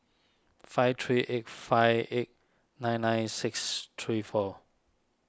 five three eight five eight nine nine six three four